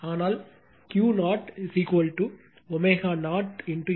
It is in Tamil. ஆனால் Q0ω0 LR 1ω0 C R